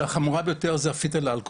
החמורה ביותר היא התסמונת שדיברתי עליה